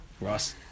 Ross